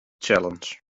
challenge